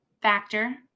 factor